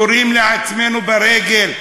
יורים לעצמנו ברגל.